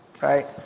right